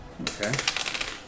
Okay